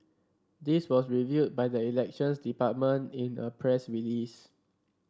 this was revealed by the Elections Department in a press release